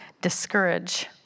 discourage